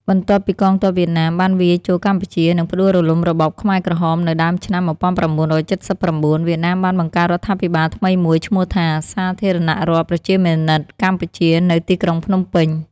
បន្ទាប់ពីកងទ័ពវៀតណាមបានវាយចូលកម្ពុជា និងផ្ដួលរំលំរបបខ្មែរក្រហមនៅដើមឆ្នាំ ១៩៧៩ វៀតណាមបានបង្កើតរដ្ឋាភិបាលថ្មីមួយឈ្មោះថា សាធារណរដ្ឋប្រជាមានិតកម្ពុជា នៅទីក្រុងភ្នំពេញ ។